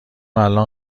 الان